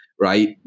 right